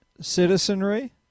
citizenry